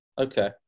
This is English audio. Okay